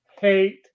hate